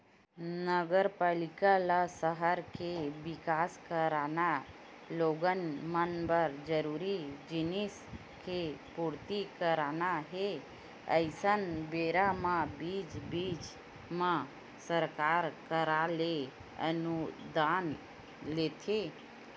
नगरपालिका ल सहर के बिकास कराना लोगन मन बर जरूरी जिनिस के पूरति कराना हे अइसन बेरा म बीच बीच म सरकार करा ले अनुदान लेथे